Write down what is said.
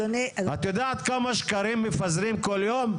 את יודעת כמה שקרים מפזרים כל יום?